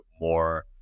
more